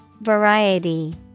Variety